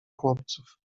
chłopców